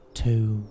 two